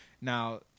Now